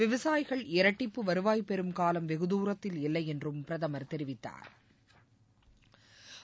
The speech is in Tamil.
விவசாயிகள் இரட்டிப்பு வருவாய் பெறும் காலம் வெகுதூரத்தில் இல்லை என்றும் பிரதம் தெரிவித்தாா்